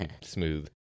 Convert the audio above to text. Smooth